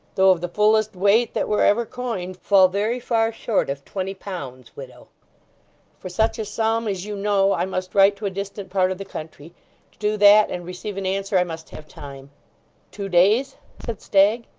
though of the fullest weight that were ever coined, fall very far short of twenty pounds, widow for such a sum, as you know, i must write to a distant part of the country. to do that, and receive an answer, i must have time two days said stagg.